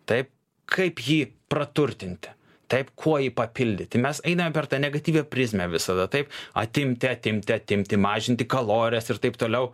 taip kaip jį praturtinti taip kuo ji papildyti tai mes einame per tą negatyvią prizmę visada taip atimti atimti atimti mažinti kalorijas ir taip toliau